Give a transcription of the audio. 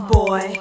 boy